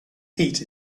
heat